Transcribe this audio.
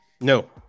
No